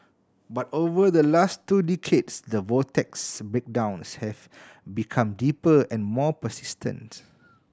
but over the last two decades the vortex's breakdowns have become deeper and more persistent